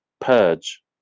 purge